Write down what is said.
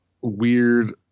weird